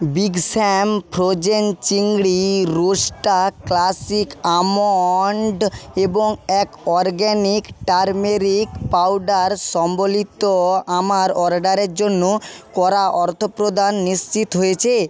big Sam frozen চিংড়ি roaster classic almond এবং এক অরগ্যানিক টারমেরিক পাউডার সম্বলিত আমার অর্ডারের জন্য করা অর্থপ্রদান নিশ্চিত হয়েছে